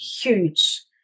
huge